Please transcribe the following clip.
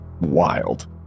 wild